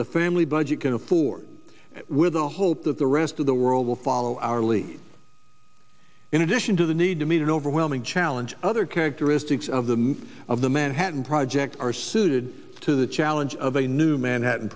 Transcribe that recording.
the family budget can afford with the hope that the rest of the world will follow our lead in addition to the need to meet an overwhelming challenge other characteristics of the of the manhattan project are suited to the challenge of a new manhattan